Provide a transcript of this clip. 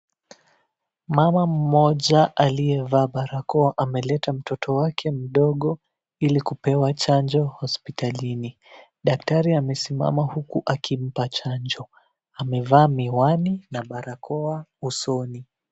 Mama mmoja aliyevaa barakoa ameleta mtoto wake mdogo ilikupewa chanjo hospitalini. Daktari amesimama uku akimpa chanjo, amevaa miwani na barakoa usoni.